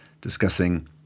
discussing